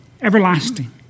everlasting